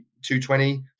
220